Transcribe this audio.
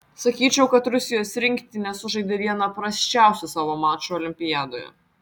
sakyčiau kad rusijos rinktinė sužaidė vieną prasčiausių savo mačų olimpiadoje